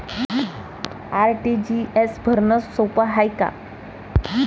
RTGS भरनं सोप हाय का?